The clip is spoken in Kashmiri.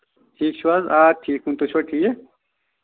ٹھیٖک چھِو حظ آ ٹھیٖک تُہۍ چھِوا ٹھیٖک